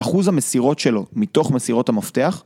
אחוז המסירות שלו מתוך מסירות המפתח..